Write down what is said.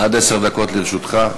עד עשר דקות לרשותך.